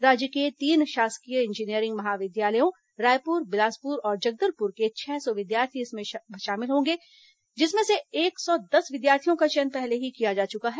राज्य के तीन शासकीय इंजीनियरिंग महाविद्यालयों रायपुर बिलासपुर और जगदलपुर के छह सौ विद्यार्थी इसमें भाग लेंगे जिसमें से एक सौ दस विद्यार्थियों का चयन पहले ही किया जा चुका है